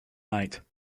night